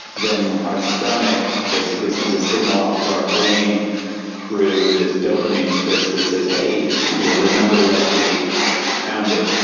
then our stomach basically sends a signal off to our brain through this dopamine spritz that says, hey, remember what you ate and where you found it.